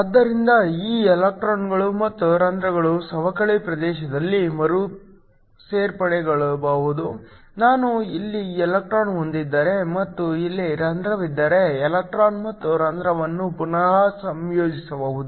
ಆದ್ದರಿಂದ ಈ ಎಲೆಕ್ಟ್ರಾನ್ಗಳು ಮತ್ತು ಹೋಲ್ ಸವಕಳಿ ಪ್ರದೇಶದಲ್ಲಿ ಮರುಸೇರ್ಪಡೆಗೊಳ್ಳಬಹುದು ನಾನು ಇಲ್ಲಿ ಎಲೆಕ್ಟ್ರಾನ್ ಹೊಂದಿದ್ದರೆ ಮತ್ತು ಇಲ್ಲಿ ಹೋಲ್ ವಿದ್ದರೆ ಎಲೆಕ್ಟ್ರಾನ್ ಮತ್ತು ಹೋಲ್ ವನ್ನು ಪುನಃ ಸಂಯೋಜಿಸಬಹುದು